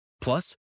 Plus